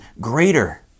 greater